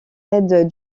aide